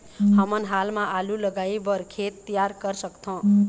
हमन हाल मा आलू लगाइ बर खेत तियार कर सकथों?